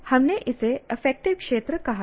हमने इसे अफेक्टिव क्षेत्र कहा है